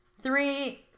three